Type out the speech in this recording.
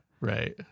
right